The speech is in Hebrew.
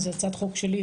זו הצעת חוק שלי.